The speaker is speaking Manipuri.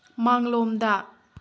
ꯃꯥꯡꯂꯣꯝꯗ